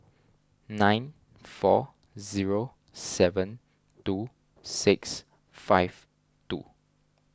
nine four zero seven two six five two